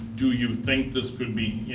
do you think this could be,